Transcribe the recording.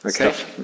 Okay